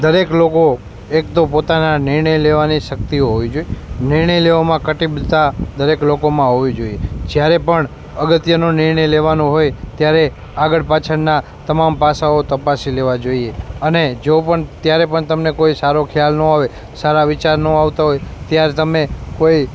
દરેક લોકો એક તો પોતાના નિર્ણય લેવાની શક્તિઓ હોવી જોઈએ નિર્ણય લેવામાં કટિબદ્ધતા દરેક લોકોમાં હોવી જોઈએ જયારે પણ અગત્યનો નિર્ણય લેવાનો હોય ત્યારે આગળ પાછળના તમામ પાસાઓ તપાસી લેવા જોઈએ અને જો પણ ત્યારે પણ તમને કોઈ સારો ખ્યાલ ન આવે સારા વિચાર ન આવતા હોય ત્યાર તમે કોઈ